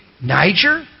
Niger